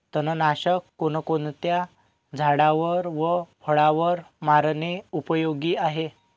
तणनाशक कोणकोणत्या झाडावर व फळावर मारणे उपयोगी आहे?